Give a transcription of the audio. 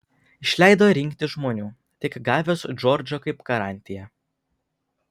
išleido rinkti žmonių tik gavęs džordžą kaip garantiją